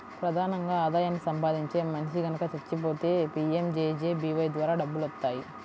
ప్రధానంగా ఆదాయాన్ని సంపాదించే మనిషి గనక చచ్చిపోతే పీయంజేజేబీవై ద్వారా డబ్బులొత్తాయి